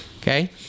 okay